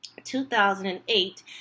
2008